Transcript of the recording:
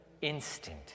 instant